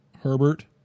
Herbert